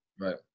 right